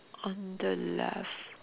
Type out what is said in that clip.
on the left